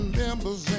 members